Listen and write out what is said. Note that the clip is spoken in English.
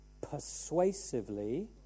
persuasively